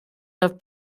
have